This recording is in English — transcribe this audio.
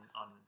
on